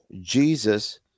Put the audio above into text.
Jesus